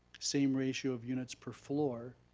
same ratio of units per floor,